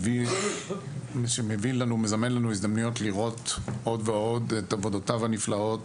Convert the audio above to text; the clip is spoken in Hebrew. מי שמביא לנו מזמן הזדמנויות לראות עוד ועוד את עבודותיו הנפלאות